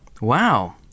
Wow